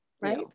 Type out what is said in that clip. right